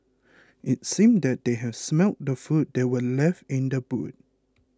it seemed that they had smelt the food that were left in the boot